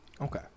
Okay